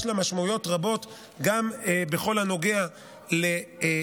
יש לה משמעויות רבות גם בכל הנוגע לשידור